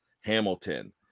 Hamilton